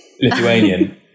Lithuanian